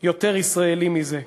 יותר ישראלי מזה?